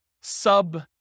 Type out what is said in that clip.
sub